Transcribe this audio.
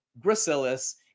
gracilis